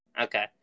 Okay